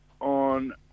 on